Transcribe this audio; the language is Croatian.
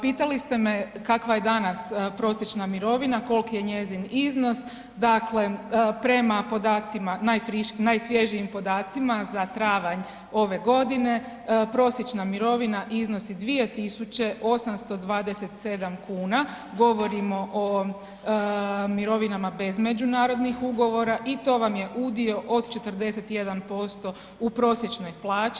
Pitali ste me kakva je danas prosječna mirovina, koliko je njezin iznos, dakle prema podacima, najsvježijim podacima za travanj ove godine, prosječna mirovina iznosi 2827 kn, govorimo o mirovinama bez međunarodnih ugovora i to vam je udio od 41% u prosječnoj plaći.